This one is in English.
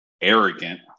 arrogant